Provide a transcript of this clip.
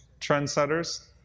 trendsetters